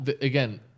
again